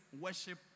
worship